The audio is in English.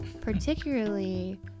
particularly